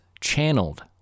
channeled